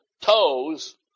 toes